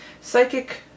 Psychic